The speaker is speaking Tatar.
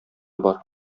бар